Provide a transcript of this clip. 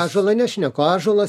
ąžuolą nešneku ąžuolas